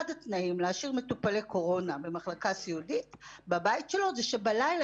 אחד התנאים להשאיר מטופלי קורונה במחלקה הסיעודית בבית שלו הוא שבלילה